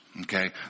Okay